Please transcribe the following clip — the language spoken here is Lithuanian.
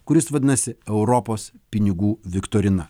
kuris vadinasi europos pinigų viktorina